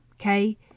okay